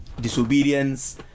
disobedience